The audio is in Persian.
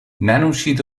ننوشید